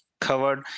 covered